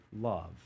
love